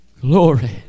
Glory